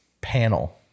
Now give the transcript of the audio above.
panel